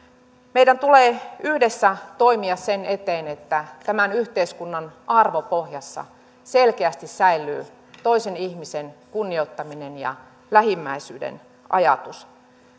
meidän tulee yhdessä toimia sen eteen että tämän yhteiskunnan arvopohjassa selkeästi säilyy toisen ihmisen kunnioittaminen ja lähimmäisyyden ajatus